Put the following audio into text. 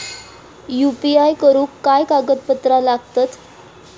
UPI करुक काय कागदपत्रा लागतत?